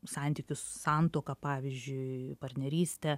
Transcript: santykius santuoką pavyzdžiui partnerystę